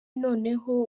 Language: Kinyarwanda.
noneho